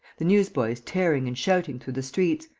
the newsboys tearing and shouting through the streets,